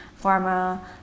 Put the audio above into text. pharma